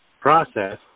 process